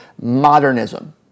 modernism